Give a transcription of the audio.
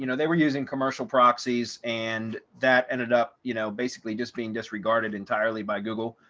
you know they were using commercial proxies. and that ended up you know, basically just being disregarded entirely by google.